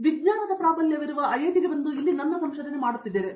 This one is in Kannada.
ಹಾಗಾಗಿ ವಿಜ್ಞಾನದ ಪ್ರಾಬಲ್ಯವಿರುವ ಐಐಟಿಗೆ ಬಂದು ಇಲ್ಲಿ ನನ್ನ ಸಂಶೋಧನೆ ಮಾಡುತ್ತಿದ್ದೇನೆ